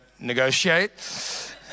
negotiate